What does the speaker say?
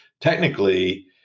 technically